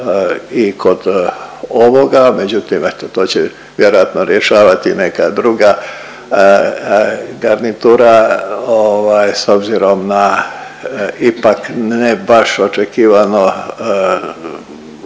i kod ovoga, međutim, eto, to će vjerojatno rješavati neka druga garnitura, ovaj, s obzirom na ipak ne baš očekivano